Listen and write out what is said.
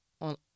on